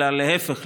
אלא להפך,